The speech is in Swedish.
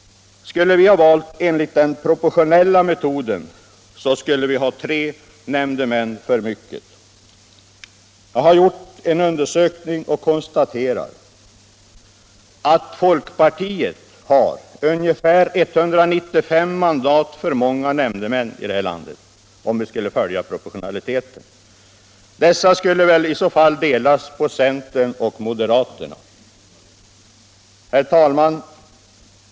Skulle vi ha valt enligt den proportionella metoden så skulle vi ha tre nämndemän för mycket. Jag har gjort en undersökning och konstaterat att folkpartiet har ungefär 195 mandat för mycket när det gäller nämndemän om vi skall följa proportionaliteten. Dessa mandat skulle väl i så fall delas på centern och moderaterna. Herr talman!